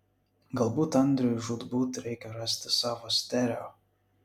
galbūt andriui žūtbūt reikia rasti savo stereo